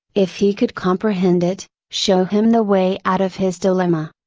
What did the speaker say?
if he could comprehend it, show him the way out of his dilemma.